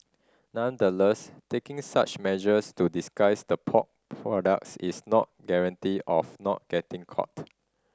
nonetheless taking such measures to disguise the pork products is not guarantee of not getting caught